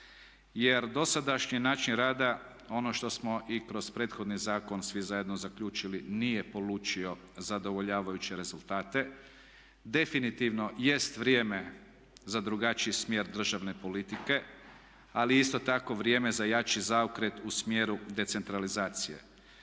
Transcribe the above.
jer dosadašnji način rada ono što smo i kroz prethodni zakon svi zajedno zaključili nije polučio zadovoljavajuće rezultate. Definitivno jest vrijeme za drugačiji smjer državne politike, ali je isto tako vrijeme za jači zaokret u smjeru decentralizacije.